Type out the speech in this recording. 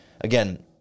again